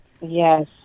Yes